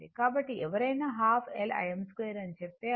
కాబట్టి ఎవరైనా 12 L Im 2 అని చెబితే అది